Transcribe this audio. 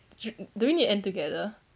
should do we need end together